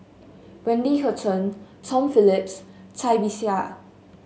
Wendy Hutton Tom Phillip Cai Bixia